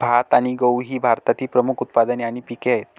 भात आणि गहू ही भारतातील प्रमुख उत्पादने आणि पिके आहेत